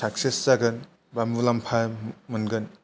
success जागोन बा मुलाम्फा मोनगोन